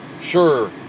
sure